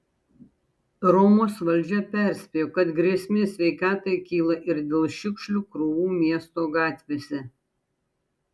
romos valdžia perspėjo kad grėsmė sveikatai kyla ir dėl šiukšlių krūvų miesto gatvėse